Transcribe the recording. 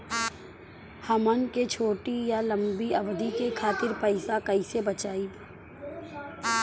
हमन के छोटी या लंबी अवधि के खातिर पैसा कैसे बचाइब?